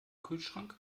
kühlschrank